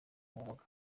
n’ubumuga